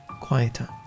quieter